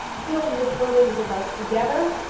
filled with photos of us together,